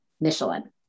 Michelin